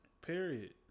Period